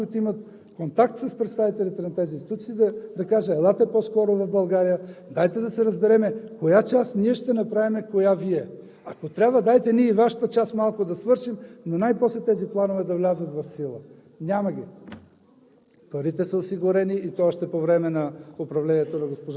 Молил съм се на всички международни институции. Даже съм ползвал познати, които имат контакти с представителите на тези институции, да кажа: елате по скоро в България, дайте да се разберем коя част ние ще направим и коя Вие. Ако трябва, дайте ние и Вашата част малко да свършим, но най-после тези планове да влязат в сила. Няма ги.